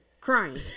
crying